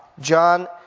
John